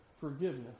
forgiveness